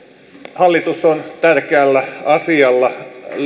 hallitus on tärkeällä asialla